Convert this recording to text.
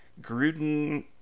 Gruden